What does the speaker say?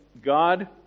God